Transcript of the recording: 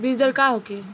बीजदर का होखे?